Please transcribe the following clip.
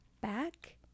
back